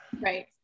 Right